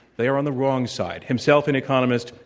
they are on the wrong side, himself an economist,